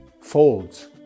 folds